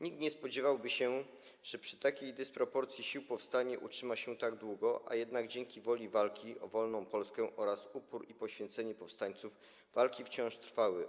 Nikt nie spodziewałby się, że przy takiej dysproporcji sił powstanie utrzyma się tak długo, a jednak dzięki woli walki o wolną Polskę oraz uporowi i poświęceniu powstańców walki wciąż trwały.